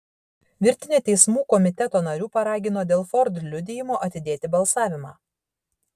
virtinė teismų komiteto narių paragino dėl ford liudijimo atidėti balsavimą